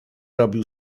robił